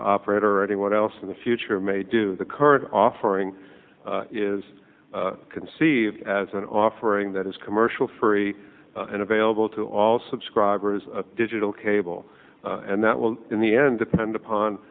operator or anyone else in the future may do the current offering is conceived as an offering that is commercial free and available to all subscribers of digital cable and that will in the end depend